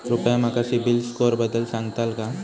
कृपया माका सिबिल स्कोअरबद्दल सांगताल का?